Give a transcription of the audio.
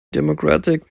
democratic